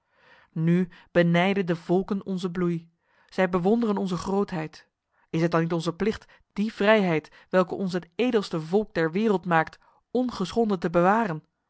nu benijden de volken onze bloei zij bewonderen onze grootheid is het dan niet onze plicht die vrijheid welke ons het edelste volk der wereld maakt ongeschonden te bewaren